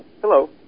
Hello